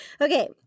Okay